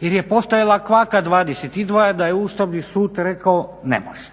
jer je postojala kvaka 22 da je Ustavni sud rekao ne može.